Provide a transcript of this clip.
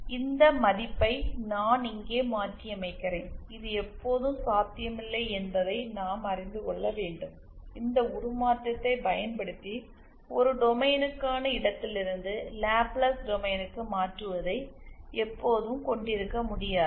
இந்த மதிப்பை நான் இங்கே மாற்றியமைக்கிறேன் இது எப்போதும் சாத்தியமில்லை என்பதை நாம் அறிந்து கொள்ள வேண்டும் இந்த உருமாற்றத்தைப் பயன்படுத்தி ஒரு டொமைனுக்கான இடத்திலிருந்து லாப்லேஸ் டொமைன் க்கு மாற்றுவதை எப்போதும் கொண்டிருக்க முடியாது